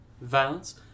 violence